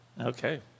Okay